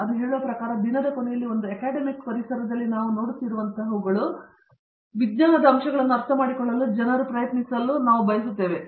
ಆದರೆ ಅದು ಹೇಳುವ ಪ್ರಕಾರ ದಿನದ ಕೊನೆಯಲ್ಲಿ ಒಂದು ಅಕಾಡೆಮಿಕ್ ಪರಿಸರದಲ್ಲಿ ನಾವು ನೋಡುತ್ತಿರುವಂತಹವುಗಳು ವಿಜ್ಞಾನದ ಅಂಶಗಳನ್ನು ಅರ್ಥಮಾಡಿಕೊಳ್ಳಲು ಜನರು ಪ್ರಯತ್ನಿಸಲು ನಾವು ಬಯಸುತ್ತೇವೆ